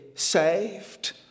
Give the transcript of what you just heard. Saved